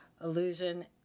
illusion